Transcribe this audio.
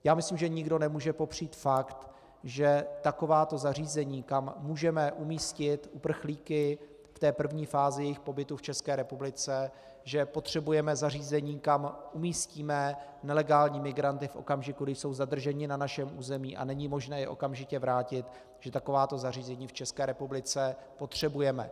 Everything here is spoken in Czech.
Já myslím, že nikdo nemůže popřít fakt, že takováto zařízení, kam můžeme umístit uprchlíky v té první fázi jejich pobytu v České republice, zařízení, kam umístíme nelegální migranty v okamžiku, když jsou zadrženi na našem území a není možné je okamžitě vrátit, že takováto zařízení v České republice potřebujeme.